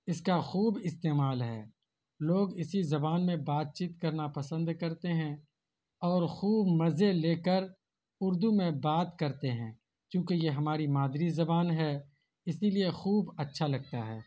اس کا خوب استعمال ہے لوگ اسی زبان میں بات چیت کرنا پسند کرتے ہیں اور خوب مزے لے کر اردو میں بات کرتے ہیں کیونکہ یہ ہماری مادری زبان ہے اسی لیے خوب اچھا لگتا ہے